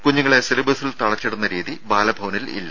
കുഞ്ഞുങ്ങളെ സിലബസിൽ തളച്ചിടുന്ന രീതി ബാലഭവനിലില്ല